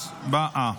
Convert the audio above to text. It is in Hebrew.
הצבעה.